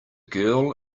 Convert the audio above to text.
girl